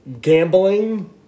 Gambling